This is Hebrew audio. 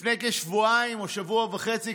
לפני כשבועיים או שבוע וחצי,